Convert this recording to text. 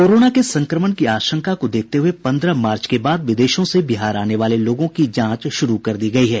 corona के संक्रमण की आशंका को देखते हये पन्द्रह मार्च के बाद विदेशों से बिहार आने वाले लोगों की जांच शुरू कर दी गयी है